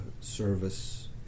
service